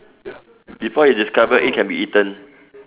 before you discover it can be eaten